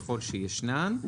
ככל שישנן.